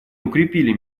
укрепили